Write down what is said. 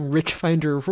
Richfinder